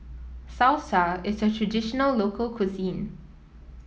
salsa is a traditional local cuisine